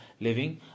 living